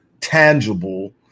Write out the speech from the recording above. tangible